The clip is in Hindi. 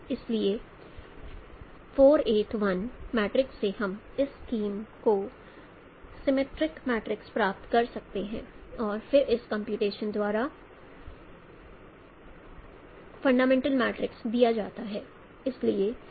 इसलिए 4 8 1 से हम इस स्कीम को सिमेत्रिक मैट्रिक्स प्राप्त कर सकते हैं और फिर इन कंपूटेशनस द्वारा फंडामेंटल मैट्रिक्स दिया जाता है